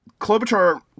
Klobuchar